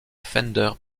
fender